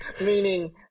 meaning